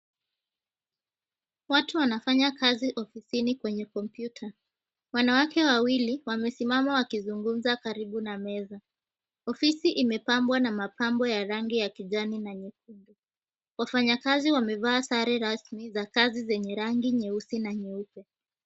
Watu wanafanya kazi ofisini kwenye kompyuta, wanawake wawili wamesimama wakizungumza karibu na meza, ofisi imepambwa na mapambo ya kijani kibichi na nyekundu, wafanyikazi wamevaa sare rasmi za kazi zenye rangi nyeusi na nyeupe.